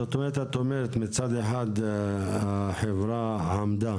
זאת אומרת, את אומרת שמצד אחד החברה עמדה